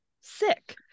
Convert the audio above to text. sick